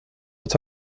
het